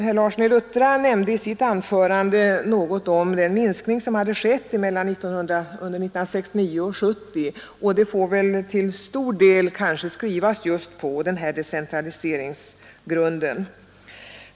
Herr Larsson i Luttra nämnde i sitt anförande något om den minskning som hade skett under 1969/70, vilket till stor del får skrivas just på decentraliseringen.